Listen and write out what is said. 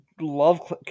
love